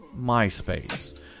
MySpace